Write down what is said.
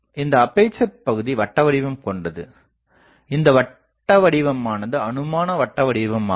இந்த அப்பேசர் பகுதி வட்ட வடிவம் கொண்டது இந்த வட்ட வடிவமானது அனுமான வட்ட வடிவமாகும்